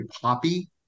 poppy